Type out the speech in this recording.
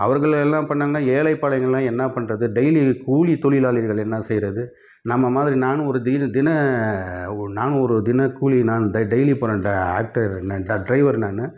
அவர்கள் எல்லாம் பண்ணாங்கன்னா ஏழை பாழைங்கள்லாம் என்ன பண்ணுறது டெய்லி கூலி தொழிலாளிகள் என்ன செய்யறது நம்ம மாதிரி நானும் ஒரு தின நான் ஒரு தினக் கூலி நான் டெய்லி போகற டிராக்டர் டிரைவர் நான்